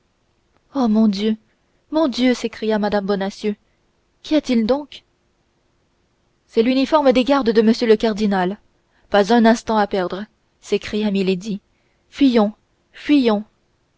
oh mon dieu mon dieu s'écria mme bonacieux qu'y a-t-il donc c'est l'uniforme des gardes de m le cardinal pas un instant à perdre s'écria milady fuyons fuyons